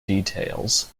details